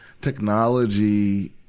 Technology